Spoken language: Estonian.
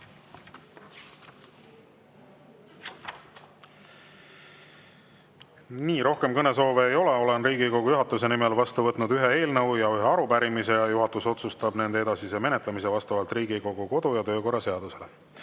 tänu! Rohkem kõnesoove ei ole. Olen Riigikogu juhatuse nimel vastu võtnud ühe eelnõu ja ühe arupärimise. Juhatus otsustab nende edasise menetlemise vastavalt Riigikogu kodu- ja töökorra seadusele.